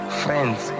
friends